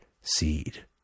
seed